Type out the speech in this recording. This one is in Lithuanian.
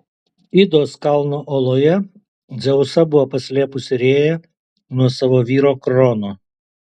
idos kalno oloje dzeusą buvo paslėpusi rėja nuo savo vyro krono